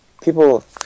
people